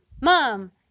mom